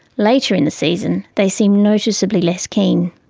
later in the season, they seem noticeably less keen.